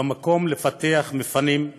ובמקום לפתח מפנים,